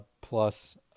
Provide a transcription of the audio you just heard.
plus